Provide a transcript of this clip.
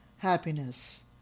happiness